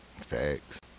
Facts